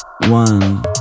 one